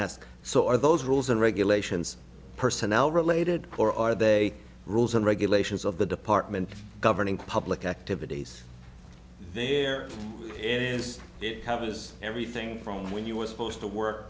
ask so are those rules and regulations personnel related or are they rules and regulations of the department governing public activities there is it covers everything from when you were supposed to work